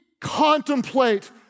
contemplate